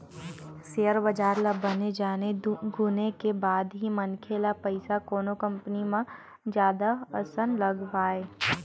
share बजार ल बने जाने गुने के बाद ही मनखे ल पइसा कोनो कंपनी म जादा असन लगवाय